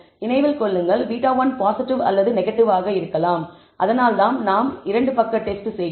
நினைவில் கொள்ளுங்கள் β1 பாசிட்டிவ் அல்லது நெகடிவ் ஆக இருக்கலாம் அதனால்தான் நாம் இரண்டு பக்க டெஸ்ட் செய்கிறோம்